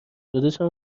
داداشم